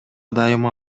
дайыма